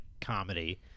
comedy